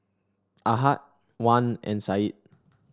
Ahad Wan and Said